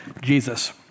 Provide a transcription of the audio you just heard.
Jesus